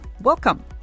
Welcome